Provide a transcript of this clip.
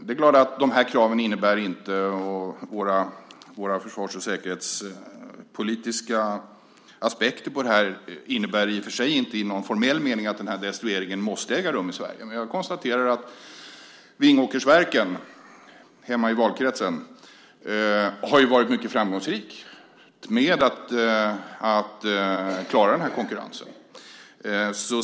Våra försvars och säkerhetspolitiska aspekter på detta innebär i och för sig inte i någon formell mening att denna destruering måste äga rum i Sverige. Men jag konstaterar att Vingåkersverken hemma i valkretsen har varit mycket framgångsrika med att klara denna konkurrens.